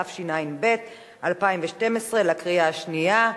התשע"ב 2012, בקריאה השנייה.